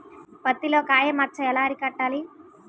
పత్తిలో కాయ మచ్చ ఎలా అరికట్టాలి?